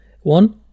One